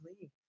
leave